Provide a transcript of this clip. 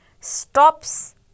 stops